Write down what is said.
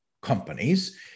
companies